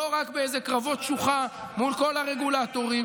לא רק באיזה קרבות שוחה מול כל הרגולטורים.